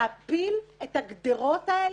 להפיל את הגדרות האלה,